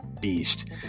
beast